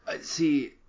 See